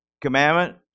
commandment